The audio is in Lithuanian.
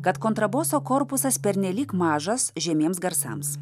kad kontraboso korpusas pernelyg mažas žemiems garsams